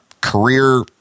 career